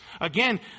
Again